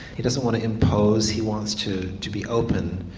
he doesn't want to impose, he wants to to be open,